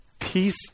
peace